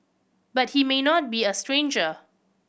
but he may not be a stranger